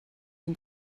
ihn